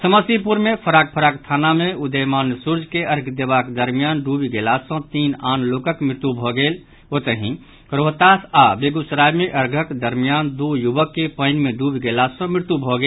समस्तीपुर मे फराक फराक थाना मे उदीयमान सूर्य के अर्घ्य देबाक दरमियान डूबि गेला सॅ तीन आन लोकक मृत्यु भऽ गेल ओतहि रोहतास आओर बेगूसराय मे अर्घ्यक दरमियान दू युवक केँ पानि मे डूबि गेला सॅ मृत्यु भऽ गेल